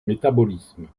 métabolisme